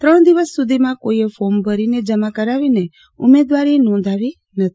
ત્રણ દિવસ સુધીમાં કોઈએ ફોર્મ ભરીને જમા કરાવીને ઉમેદવારી નોંધાવી નથી